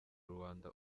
ruanda